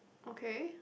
okay